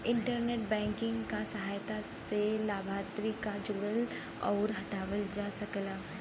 internet banking क सहायता से लाभार्थी क जोड़ल आउर हटावल जा सकल जाला